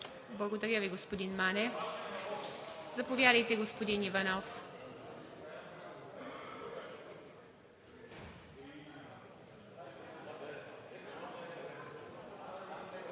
Благодаря Ви, господин Манев. Заповядайте, господин Иванов.